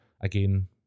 again